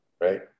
right